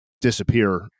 disappear